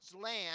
land